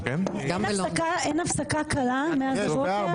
אין הפסקה קלה מאז הבוקר?